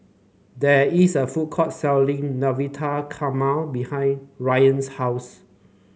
there is a food court selling Navratan Korma behind Ryann's house